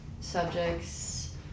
subjects